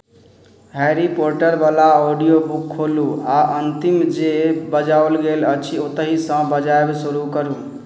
Harry पॉटरवला audio book खोलू आ अन्तिम जे बजाओल गेल अछि ओतहिसँ बजायब शुरू करू